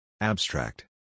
Abstract